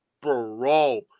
bro